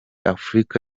afrika